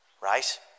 right